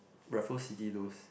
Raffles City those